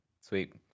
sweet